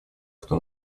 кто